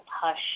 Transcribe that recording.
hush